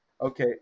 Okay